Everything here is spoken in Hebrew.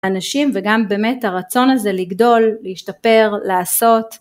אנשים וגם באמת הרצון הזה לגדול, להשתפר, לעשות.